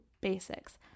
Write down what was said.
basics